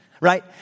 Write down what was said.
right